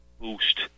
boost